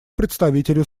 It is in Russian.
представителю